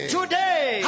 Today